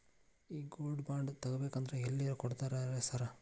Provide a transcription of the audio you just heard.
ಈ gold bond ತಗಾಬೇಕಂದ್ರ ಎಲ್ಲಿ ಕೊಡ್ತಾರ ರೇ ಸಾರ್?